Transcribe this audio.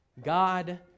God